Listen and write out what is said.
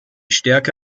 stärke